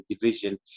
division